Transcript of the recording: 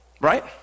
right